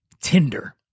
Tinder